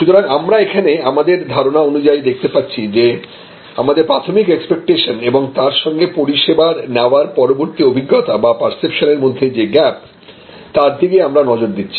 সুতরাং আমরা এখানে আমাদের ধারণা অনুযায়ী দেখতে পাচ্ছি আমাদের প্রাথমিক এক্সপেক্টেশন এবং তার সঙ্গে পরিষেবার নেওয়ার পরবর্তী অভিজ্ঞতা বা পার্সেপশনর মধ্যে যে গ্যাপ তার দিকে আমরা নজর দিচ্ছি